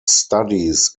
studies